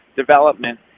development